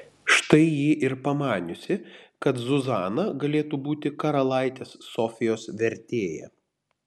štai ji ir pamaniusi kad zuzana galėtų būti karalaitės sofijos vertėja